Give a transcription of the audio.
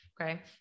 Okay